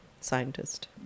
scientist